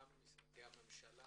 גם משרדי הממשלה